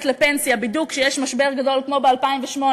לפנסיה בדיוק כשיש משבר גדול כמו ב-2008,